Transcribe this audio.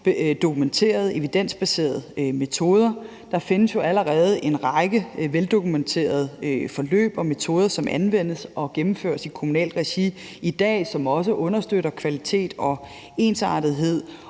dokumenterede og evidensbaserede metoder. Der findes jo allerede en række veldokumenterede forløb og metoder, som anvendes og gennemføres i kommunalt regi i dag, og som også understøtter kvalitet og ensartethed.